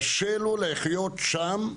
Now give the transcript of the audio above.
קשה לו לחיות שם,